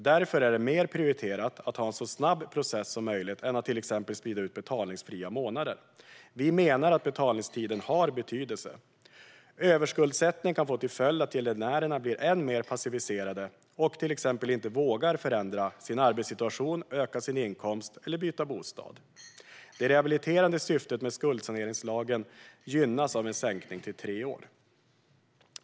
Därför är det mer prioriterat att ha en så snabb process som möjligt än att till exempel sprida ut betalningsfria månader. Vi menar att betalningstiden har betydelse. Överskuldsättning kan få till följd att gäldenärerna blir än mer passiviserade och till exempel inte vågar förändra sin arbetssituation, öka sin inkomst eller byta bostad. Det rehabiliterande syftet med skuldsaneringslagen gynnas av en sänkning till tre år.